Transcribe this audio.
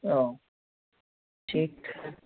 हाँ ठीक है